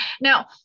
Now